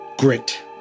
grit